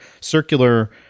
circular